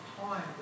time